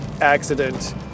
accident